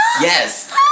Yes